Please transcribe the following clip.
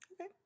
Okay